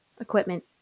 equipment